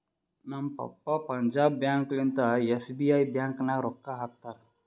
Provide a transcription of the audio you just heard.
ನಮ್ papa Punjab bank ಲಿಂತಾ SBI bank ನಾಗ್ ರೊಕ್ಕಾ ಹಾಕ್ತಾರ್